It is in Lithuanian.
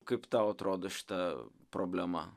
kaip tau atrodo šita problema